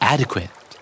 Adequate